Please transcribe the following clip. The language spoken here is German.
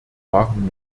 waren